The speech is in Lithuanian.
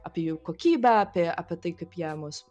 apie jų kokybę apie apie tai kaip jie mus